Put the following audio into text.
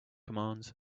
commands